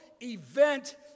event